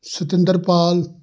Satinder Pal